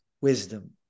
wisdom